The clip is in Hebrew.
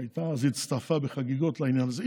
הצטרפה בחגיגות לעניין הזה.